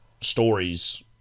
stories